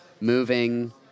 moving